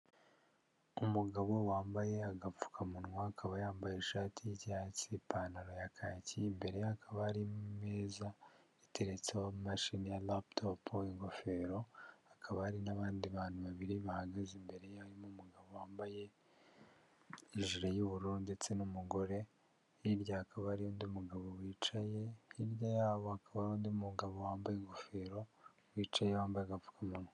Umugabo wambaye agapfukamunwa akaba yambaye ishati y'icyatsi, ipantaro ya kaki, imberekaba ari meza iteretseho imashini ya laputopu, ingofero hakaba hari n'abandi bantu babiri bahagaze imbere yabo, umugabo wambaye ijiri y'ubururu ndetse n'umugore, hirya hakaba hari undi mugabo wicaye, hirya yabo hakaba haari undi mugabo wambaye ingofero wicaye wambaye agapfukamunwa.